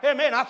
Amen